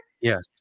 Yes